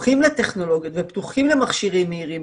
פתוחים לטכנולוגיה ופתוחים למכשירים מהירים,